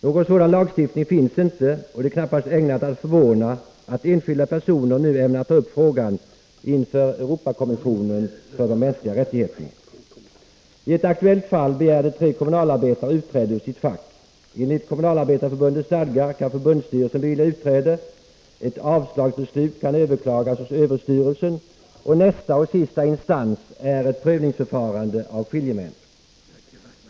Någon sådan lagstiftning finns inte, och det är knappast ägnat att förvåna att enskilda personer nu ämnar ta upp frågan inför Europakommissionen för de mänskliga rättigheterna. Iett aktuellt fall begärde tre kommunalarbetare utträde ur sitt fack. Enligt Kommunalarbetareförbundets stadgar kan förbundsstyrelsen bevilja utträde. Ett avslagsbeslut kan överklagas hos överstyrelsen, och nästa och sista instans är ett prövningsförfarande av skiljemän.